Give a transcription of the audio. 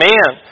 Man